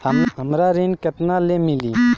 हमरा ऋण केतना ले मिली?